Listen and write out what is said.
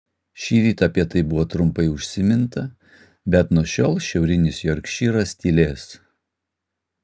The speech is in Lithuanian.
šįryt apie tai buvo trumpai užsiminta bet nuo šiol šiaurinis jorkšyras tylės